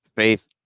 Faith